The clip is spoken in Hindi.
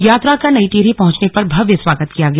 यात्रा का नई टिहरी पहुंचने पर भव्य स्वागत किया गया